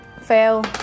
Fail